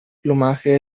plumaje